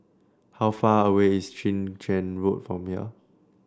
how far away is Chwee Chian Road from here